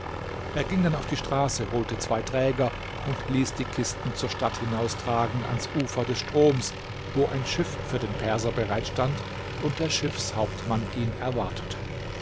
er ging dann auf die straße holte zwei träger und ließ die kisten zur stadt hinaustragen ans ufer des stroms wo ein schiff für den perser bereitstand und der schiffshauptmann ihn erwartete